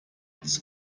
its